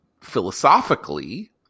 philosophically